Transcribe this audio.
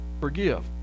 forgive